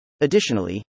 Additionally